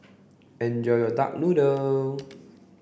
enjoy your duck noodle